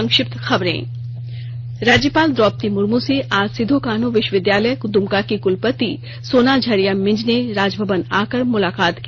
संक्षिप्त खबरें राज्यपाल द्रौपदी मुर्मू से आज सिदो कान्ह विश्वविद्यालय दुमका की कुलपति सोना झारिया मिंज ने राज भवन आकर मुलाकात की